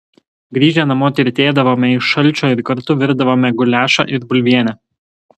grįžę namo tirtėdavome iš šalčio ir kartu virdavome guliašą ir bulvienę